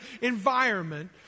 environment